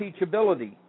teachability